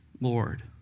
Lord